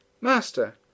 Master